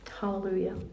Hallelujah